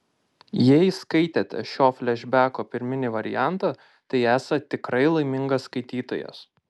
jei skaitėte šio flešbeko pirminį variantą tai esat tikrai laimingas skaitytojas